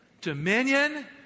Dominion